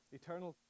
eternal